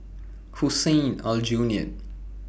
Hussein Aljunied